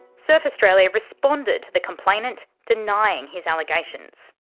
surf australia responded to the complainant, denying his allegations.